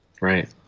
right